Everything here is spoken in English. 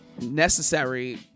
necessary